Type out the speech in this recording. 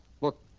Look